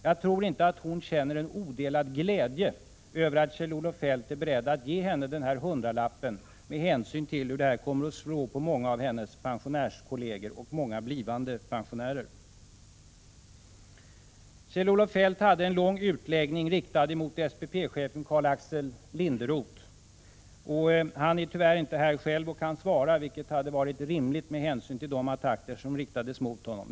Jag tror inte att hon känner någon odelad glädje över att Kjell-Olof Feldt är beredd att ge henne den här hundralappen, med hänsyn till hur detta kommer att slå på många av hennes pensionärskolleger och många blivande pensionärer. Kjell-Olof Feldt hade en lång utläggning riktad mot SPP-chefen Karl-Axel 53 Linderoth. Han är tyvärr inte här själv och kan inte svara, vilket hade varit rimligt med hänsyn till de attacker som riktades mot honom.